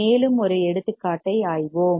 மேலும் ஒரு எடுத்துக்காட்டை ஆய்வோம்